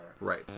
Right